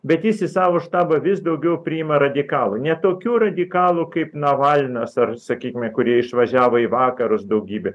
bet jis į savo štabą vis daugiau priima radikalų ne tokių radikalų kaip navalnas ar sakykime kurie išvažiavo į vakarus daugybė